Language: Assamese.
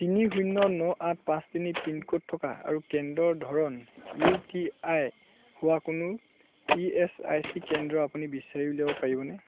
তিনি শূন্য ন আঠ পাঁচ তিনি পিনক'ড থকা আৰু কেন্দ্ৰৰ ধৰণ ইউ টি আই হোৱা কোনো ই এছ আই চি কেন্দ্ৰ আপুনি বিচাৰি উলিয়াব পাৰিবনে